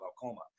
glaucoma